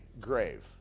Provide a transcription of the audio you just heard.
grave